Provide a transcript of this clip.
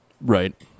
Right